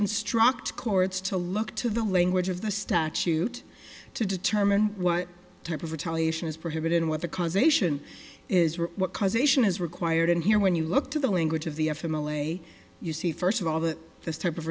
instruct courts to look to the language of the statute to determine what type of retaliation is prohibited and what the conservation is what causation is required and here when you look to the language of the a family you see first of all that this type of